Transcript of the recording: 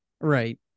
Right